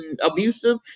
abusive